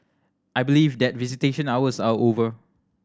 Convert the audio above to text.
I believe that visitation hours are over